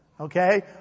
Okay